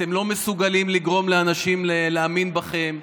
אתם לא מסוגלים לגרום לאנשים להאמין בכם,